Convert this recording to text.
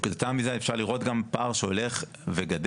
כתוצאה מזה אפשר לראות גם פער שהולך וגדל,